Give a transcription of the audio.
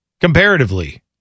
Comparatively